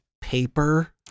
paper